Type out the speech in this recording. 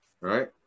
right